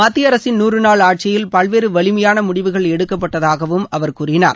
மத்திய அரசின் நூறு நாள் ஆட்சியில் பல்வேறு வலிமையான முடிவுகள் எடுக்கப்பட்டதாகவும் அவர் கூறினார்